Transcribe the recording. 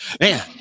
Man